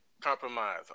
compromise